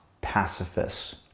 pacifists